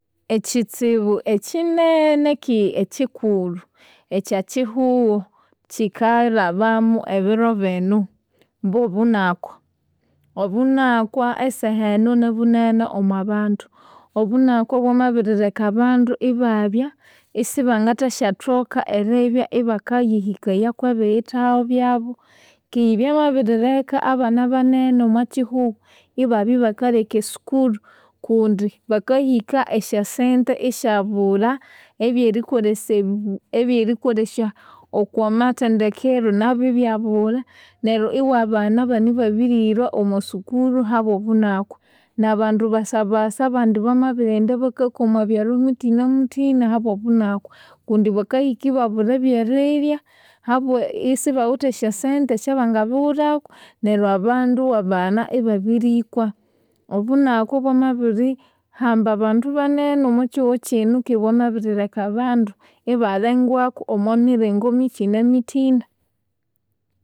Ekyitsibu ekyinene keghe ekyikulhu ekyekyihugho kyikalhabamu ebiro bino, byobunakwa. Obunakwa esaha enu nibunene omwabandu, obunakwa bwamabirireka abandu ibabya isibangathasyathoka eribya ibakayihikayaku ebiyithawa byabu, keghe bymabirireka abana banene omwakyihugho ibabya ibakaleka esukuru kundi bakahika, esyasente isyabulha, ebyerikolesya bu ebyerikolesya okwamathendekeru nabyu ibyabulha. Neryo iwabana abana ibabirilhwa omwamasukuru ahabwobunakwa. Nabandu basabasa abandi bamabirighenda bakakwa omwabyalu muthinamuthina ahabwobunakwa kundi bakahika ibabulha ebyeririrya, habwe isibawithe esyasente esyabangabighulhaku, neryo abandu iwabana ibabirikwa. Obunakwa bwamabirihamba bandu banene omwakyihugho kyino kandi bwamabirileka abandu ibalengwaku omwamiringo muthinamuthina.